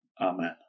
Amen